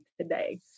today